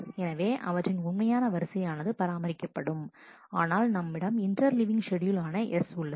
எனவே அவற்றின் உண்மையான வரிசை ஆனது பராமரிக்கப்படும் ஆனால் நம்மிடம் இன்டர் லிவிங் ஷெட்யூல் ஆன S உள்ளது